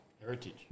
Heritage